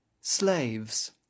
Slaves